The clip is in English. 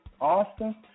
Austin